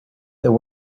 there